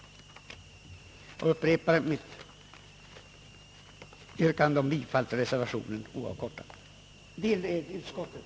Jag upprepar, herr talman, mitt yrkande om bifall till utskottets förslag.